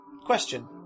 Question